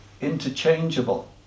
interchangeable